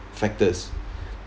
factors